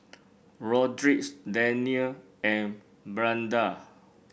Rodrick's Danniel and Brianda